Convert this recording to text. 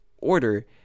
Order